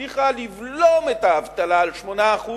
שהצליחה לבלום את האבטלה על 8%,